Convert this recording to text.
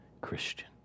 Christian